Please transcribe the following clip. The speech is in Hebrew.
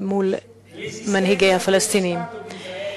מול מנהיגי הפלסטינים: